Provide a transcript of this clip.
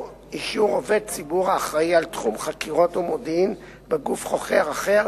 או אישור עובד ציבור האחראי לתחום חקירות ומודיעין בגוף חוקר אחר,